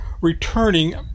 returning